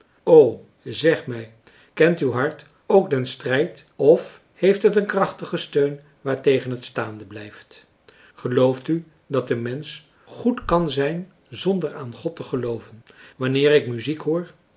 zeg mij kent uw hart ook dien strijd of heeft het een krachtigen steun waartegen het staande blijft gelooft u dat een mensch goed kan zijn zonder aan god te gelooven wanneer ik muziek hoor